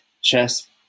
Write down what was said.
chess